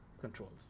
controls